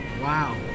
Wow